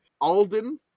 Alden